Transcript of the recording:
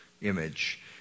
image